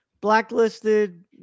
blacklisted